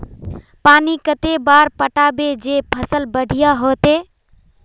पानी कते बार पटाबे जे फसल बढ़िया होते?